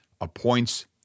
appoints